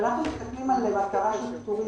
כשאנחנו מסתכלים על הקלות,